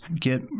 get